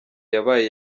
yabaye